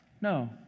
No